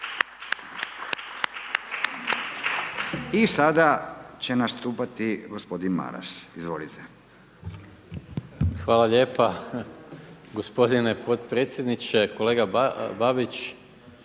I sada će nastupati gospodin Maras. Izvolite. **Maras, Gordan (SDP)** Hvala lijepa gospodine potpredsjedniče. Kolega Babić,